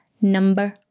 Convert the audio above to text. number